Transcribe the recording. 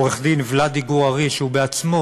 עורך-דין ולאדי גור-ארי, שהוא בעצמו,